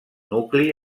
nucli